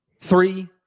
Three